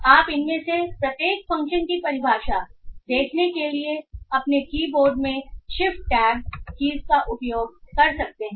आप इनमें से प्रत्येक फ़ंक्शन की परिभाषा देखने के लिए अपने कीबोर्ड में शिफ्ट टैब कीज़ का उपयोग कर सकते हैं